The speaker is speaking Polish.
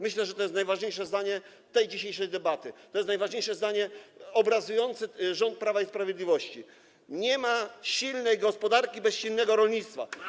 Myślę, że to jest najważniejsze zdanie tej dzisiejszej debaty, że to jest najważniejsze zdanie obrazujące rząd Prawa i Sprawiedliwości: nie ma silnej gospodarki bez silnego rolnictwa.